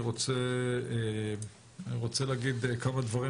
אני רוצה להגיד כמה דברים.